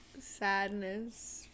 sadness